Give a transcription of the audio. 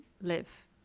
live